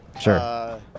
Sure